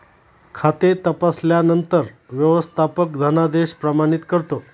खाते तपासल्यानंतर व्यवस्थापक धनादेश प्रमाणित करतो